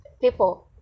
people